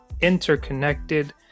interconnected